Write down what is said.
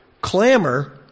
Clamor